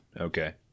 Okay